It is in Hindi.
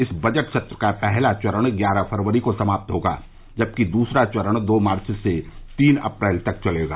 इस बजट सत्र का पहला चरण ग्यारह फरवरी को समाप्त होगा जबकि दूसरा चरण दो मार्च से तीन अप्रैल तक चलेगा